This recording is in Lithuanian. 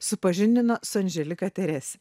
supažindino su anželika terese